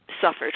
suffered